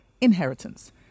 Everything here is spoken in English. inheritance